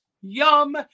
yum